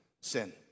Sin